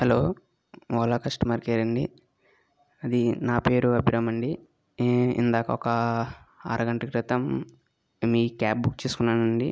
hello Ola customer కేరాండి అది నా పేరు అభిరామ్ అండి ఇందాక ఒక అరగంట క్రితం మీ క్యాబ్ బుక్ చేసుకున్నానండి